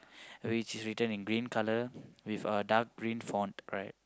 which is written in green color with a dark green font right